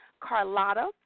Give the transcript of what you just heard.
Carlotta